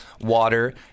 water